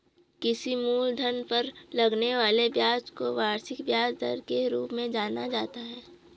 किसी मूलधन पर लगने वाले ब्याज को वार्षिक ब्याज दर के रूप में जाना जाता है